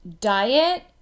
Diet